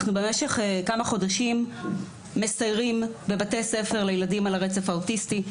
אנחנו במשך כמה חודשים מסיירים בבתי ספר לילדים על הרצף האוטיסטי.